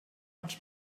els